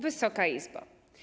Wysoka Izbo!